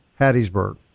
Hattiesburg